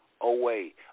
away